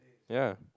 ya